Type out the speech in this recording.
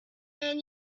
and